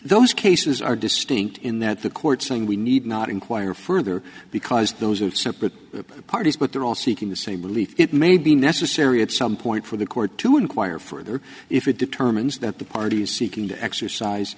those cases are distinct in that the court saying we need not inquire further because those are two separate parties but they're all seeking the same belief it may be necessary at some point for the court to inquire further if it determines that the party is seeking to exercise